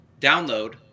download